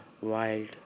wild